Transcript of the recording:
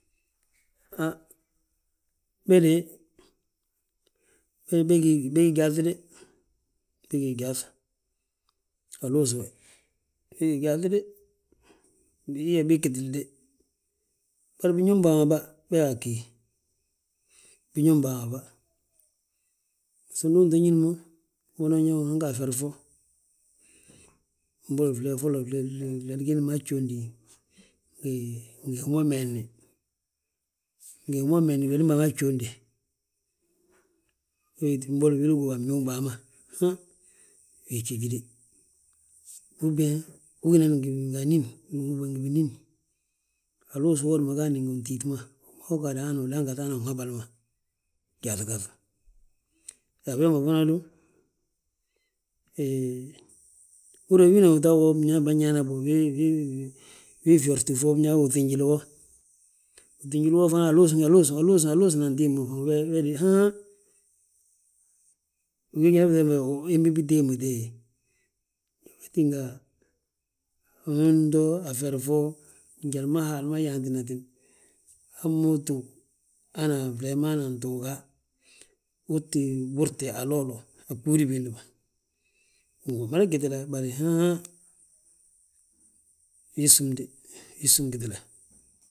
Han béde bégi gyaaŧi de, bégi gyaaŧ, aluus we bégi gyaaŧi de. Bii yyaa bii ggitili de, bari biñóbm bàmaba, begaa ggí, biñób bàmaba. Baso ndu uto ñín mo, unan yaa unan ga a feri fo, mbolo flee folo, fladí giindi maa jjóndi, ngi hi ma umeesni. Ngi hi ma umeesni gladím baa jjónde, we weeti mbolo wili woo a bñuugim baa ma, han wii jjéji de. Uben wo gí nan ngi, uben ngi binín, aluusu uwodi ma ugaadni ngi untíiti ma. Wi maa wi ugaadu hanu udan gaŧa hana a wu habal ma, gyaaŧu gaŧu. Yaa we ma fana du, hee, hina gita go bânyaa bo, wii, wi fyorti fo, wini binyaa bo uŧinjili wo, uŧinjili wo, aluus, aluus, aluusina antimbi, ugíw, héde haaŋ. Wi gí jali ma ubiiŧam bo, umbi tee mo teeye, wee tínga unan to a feri fo, njali ma Haala ma yaantinatin, hamma wi utów hana a flee ma anan tuuga uu tti burti hala wolo a bgúudi biindi ma. Wi mada gitile, bari han, wii ssúm de, wii ssúm gitile,.